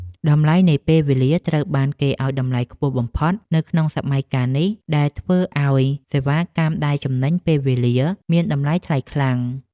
តម្លៃនៃពេលវេលាត្រូវបានគេឱ្យតម្លៃខ្ពស់បំផុតនៅក្នុងសម័យកាលនេះ ដែលធ្វើឱ្យសេវាកម្មដែលចំណេញពេលវេលាមានតម្លៃថ្លៃខ្លាំង។